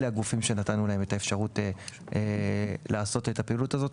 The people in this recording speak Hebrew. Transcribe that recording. אלה הם הגופים שנתנו להם את האפשרות לעשות את הפעילות הזו,